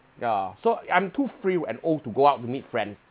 yeah so I'm too free and old to go out to meet friend